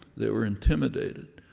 they were intimidated.